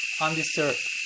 undisturbed